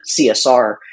CSR